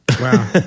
Wow